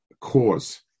cause